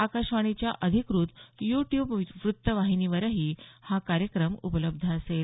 आकाशवाणीच्या अधिकृत YouTube वृत्तवाहिनीवरही हा कार्यक्रम उपलब्ध असेल